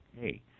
Hey